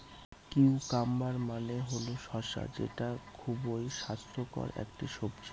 cucumber মানে হল শসা যেটা খুবই স্বাস্থ্যকর একটি সবজি